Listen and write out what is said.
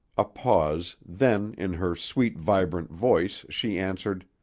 a pause, then, in her sweet, vibrant voice, she answered,